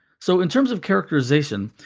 so, in terms of characterization,